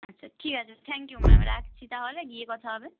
আচ্ছা ঠিক আছে থ্যাঙ্ক ইউ ম্যাম রাখছি তাহলে গিয়ে কথা হবে